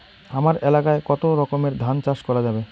হামার এলাকায় কতো রকমের ধান চাষ করা যাবে?